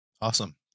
Awesome